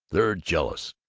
they're jealous!